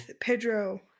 Pedro